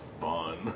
fun